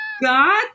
god